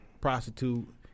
prostitute